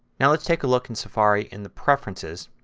now let's take a look in safari in the preferences.